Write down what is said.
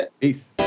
Peace